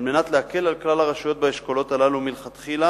על מנת להקל על כלל הרשויות באשכולות הללו מלכתחילה,